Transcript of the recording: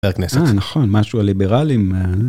חבר הכנסת. אה נכון, משהו הליברלים...